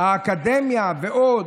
האקדמיה ועוד.